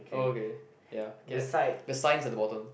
oh okay ya okay the signs at the bottom